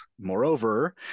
Moreover